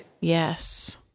Yes